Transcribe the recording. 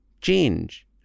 change